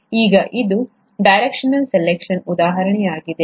ಈಗ ಇದು directional selection ಉದಾಹರಣೆಯಾಗಿದೆ